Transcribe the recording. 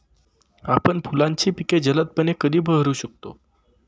आपण फुलांची पिके जलदपणे कधी बहरू शकतो?